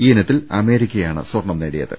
ഈ ഇന ത്തിൽ അമേരിക്കയാണ് സ്വർണ്ണം നേടിയത്